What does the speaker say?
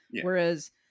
whereas